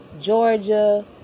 Georgia